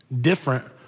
different